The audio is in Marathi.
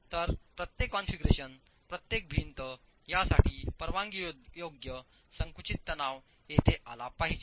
तर प्रत्येक कॉन्फिगरेशन प्रत्येक भिंत यासाठी परवानगीयोग्य संकुचित तणाव येथे आला पाहिजे